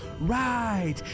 right